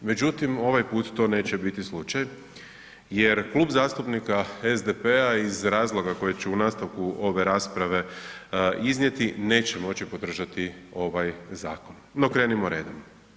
Međutim, ovaj put to neće biti slučaj jer Klub zastupnika SDP-a iz razloga koji ću u nastavku ove rasprave iznijeti, neće moći podržati ovaj zakon no okrenimo redom.